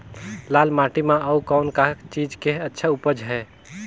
लाल माटी म अउ कौन का चीज के अच्छा उपज है?